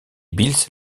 bills